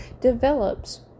develops